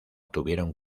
tuvieron